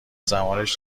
زمانش